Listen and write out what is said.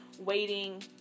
waiting